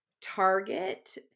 target